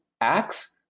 acts